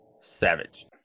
Savage